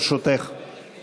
חברת הכנסת יעל כהן-פארן תנמק